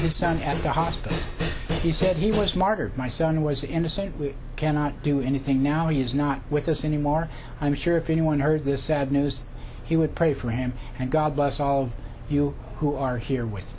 his son at the hospital he said he was martyred my son was in the state we cannot do anything now is not with us anymore i'm sure if anyone heard this sad news he would pray for him and god bless all of you who are here with